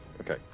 Okay